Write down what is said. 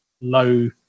low